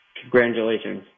congratulations